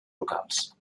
locals